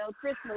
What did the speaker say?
Christmas